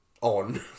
on